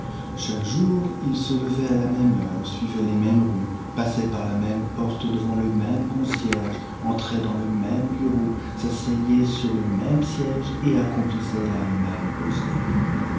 chaque jour il se levait à la même heure suivait les mêmes rues passait par la même porte devant le même concierge entrait dans le même bureau s'asseyait sur le même siège et accomplissait la même besogne